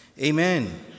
Amen